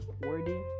wordy